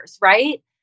right